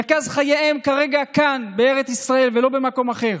מרכז חייהם כרגע כאן, בארץ ישראל, ולא במקום אחר,